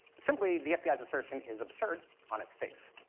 simply, the fbi's assertion is absurd on its face.